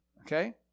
Okay